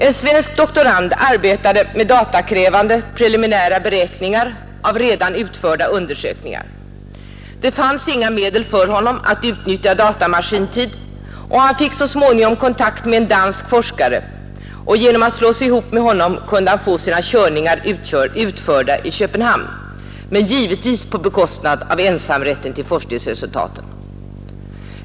En svensk doktorand arbetade med datakrävande preliminära beräkningar av redan utförda undersökningar. Det fanns inga medel för honom att utnyttja datamaskintid, och han fick så småningom kontakt med en dansk forskare. Genom att slå sig ihop med honom kunde han få sina körningar utförda i Köpenhamn — men givetvis på bekostnad av ensamrätten till forskningsresultaten.